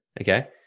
Okay